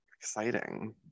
exciting